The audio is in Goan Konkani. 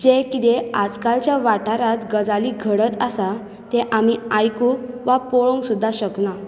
जें कितें आजकालच्या वाठारांत गजाली घडत आसा तें आमी आयकूंक वा पळोवंक सुद्दां शकना